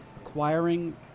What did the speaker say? acquiring